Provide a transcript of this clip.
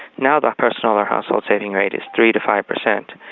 now the personal or household saving rate is three to five per cent.